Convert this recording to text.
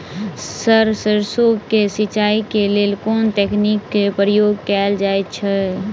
Sir सैरसो केँ सिचाई केँ लेल केँ तकनीक केँ प्रयोग कैल जाएँ छैय?